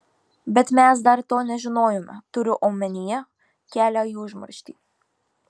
bet mes dar to nežinojome turiu omenyje kelią į užmarštį